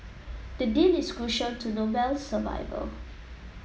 the deal is crucial to Noble's survival